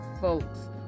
folks